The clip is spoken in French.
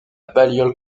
balliol